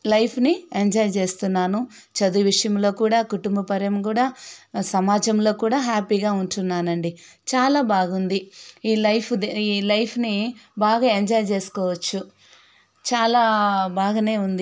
లైఫ్ని ఎంజాయ్ చేస్తున్నాను చదువు విషయంలో కూడా కుటుంబ పరంగా కూడా సమాజంలో కూడా హ్యాపీగా ఉంటున్నానండి చాలా బాగుంది ఈ లైఫ్ ది ఈ లైఫ్ని బాగా ఎంజాయ్ చేసుకోవచ్చు చాలా బాగానే ఉంది